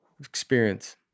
Experience